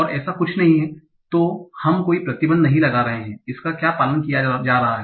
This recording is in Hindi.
और ऐसा कुछ नहीं है तो हम कोई प्रतिबंध नहीं लगा रहे हैं कि इसका क्या पालन किया जा रहा है